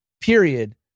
period